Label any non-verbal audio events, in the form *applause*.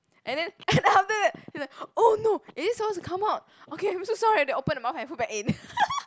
and then *laughs* and then after that he like oh no is it suppose to come out okay I'm so sorry then open the mouth and put back in *laughs*